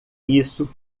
isso